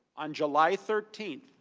on july thirteenth,